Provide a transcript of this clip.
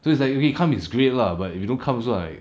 so it's like if he come it's great lah but if he don't come also like